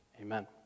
Amen